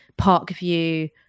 Parkview